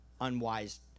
unwise